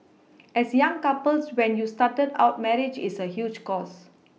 as young couples when you started out marriage is a huge cost